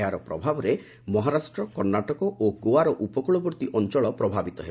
ଏହାର ପ୍ରଭାବରେ ମହାରାଷ୍ଟ୍ର କର୍ଣ୍ଣାଟକ ଓ ଗୋଆର ଉପକ୍ୱଳବର୍ତ୍ତୀ ଅଞ୍ଚଳ ପ୍ରଭାବିତ ହେବ